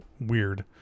weird